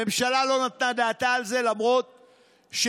הממשלה לא נתנה את דעתה על זה למרות שביקשתי.